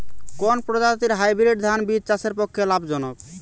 কোন প্রজাতীর হাইব্রিড ধান বীজ চাষের পক্ষে লাভজনক?